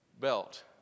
belt